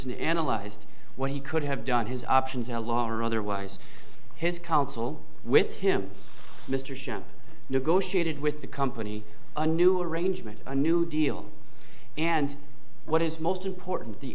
and analyzed what he could have done his options alone or otherwise his counsel with him mr schempp negotiated with the company a new arrangement a new deal and what is most important the